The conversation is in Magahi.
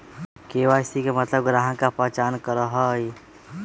के.वाई.सी के मतलब ग्राहक का पहचान करहई?